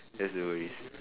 that's the worries